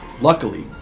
Luckily